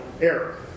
error